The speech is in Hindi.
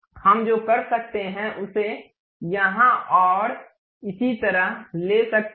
हम जो कर सकते हैं उसे यहां और इसी तरह ले सकते हैं